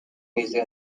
music